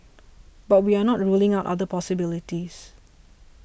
but we are not ruling out other possibilities